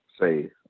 say